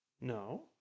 No